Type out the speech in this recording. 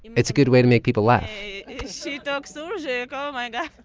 it's a good way to make people laugh she talked surzhyk. oh, my god